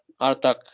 Artak